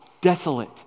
desolate